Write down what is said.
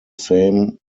same